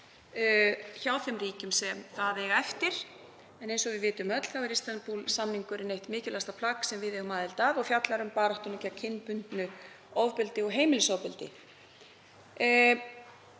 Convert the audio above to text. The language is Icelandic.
hjá þeim ríkjum sem það eiga eftir. En eins og við vitum öll er Istanbúl-samningurinn eitt mikilvægasta plagg sem við eigum aðild að og fjallar um baráttu gegn kynbundnu ofbeldi og heimilisofbeldi.